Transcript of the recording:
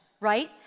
right